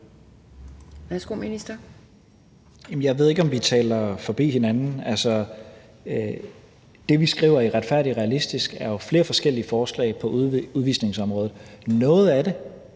Jeg ved ikke, om vi taler forbi hinanden. Det, vi skriver i »Retfærdig og realistisk«, er jo flere forskellige forslag på udvisningsområdet. Noget af det